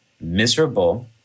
miserable